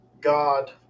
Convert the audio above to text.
God